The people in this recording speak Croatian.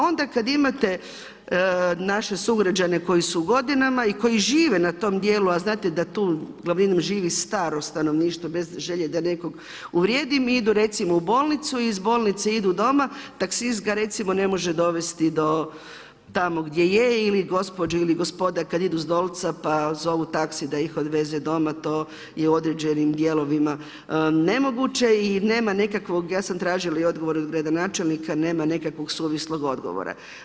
Onda kad imate naše sugrađane koji su u godinama i koji žive na tom djelu, a znate da tu glavinom živi staro stanovništvo, bez želje da nekog uvrijedim, idu recimo u bolnicu, iz bolnice idu doma, taksist ga ne može dovesti do tamo gdje je ili gospođu ili gospoda kad idu s Dolca pa zovu taksi da ih odveze doma, to je u određenim dijelovima nemoguće i nema nekakvog, ja sam tražila i odgovor od gradonačelnika, nema nekakvog suvislog odgovora.